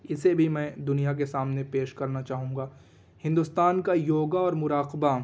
اسے بھی میں دنیا کے سامنے پیش کرنا چاہوں گا ہندوستان کا یوگا اور مراقبہ